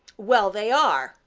well, they are,